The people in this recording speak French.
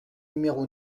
numéro